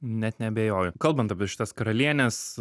net neabejoju kalbant apie šitas karalienes